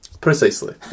Precisely